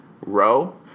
row